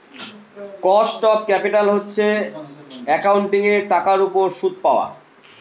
cost of capital হচ্ছে একাউন্টিঙের টাকার উপর সুদ পাওয়া